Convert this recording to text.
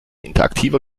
interaktiver